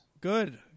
Good